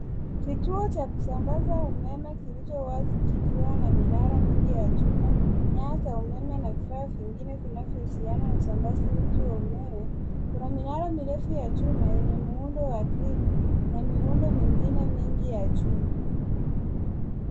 Kituo cha kusambaza umeme kilicho wazi kikiwa na minara mingi ya chuma nyaya za umeme na vufaa vingine vinavyohusiana na usambazaji wa umeme. Kuna minara mirefu ya chuma yenye muundo wa Grid na miundo mingine mingi ya chuma.